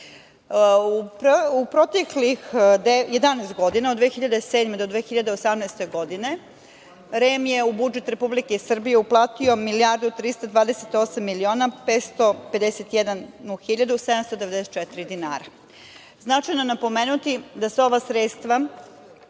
proteklih 11 godina REM je od 2007. do 2018. godine, REM je u budžet Republike Srbije uplatio 1.328.551.794 dinara. Značajno je napomenuti da se ova sredstva